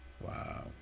Wow